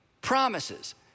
promises